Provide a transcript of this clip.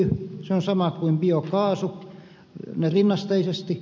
se on sama kuin biokaasu rinnasteisesti